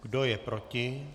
Kdo je proti?